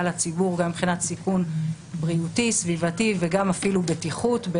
לציבור וגם מבחינת הסיכון בריאותי-סביבתי וגם אפילו בטיחות,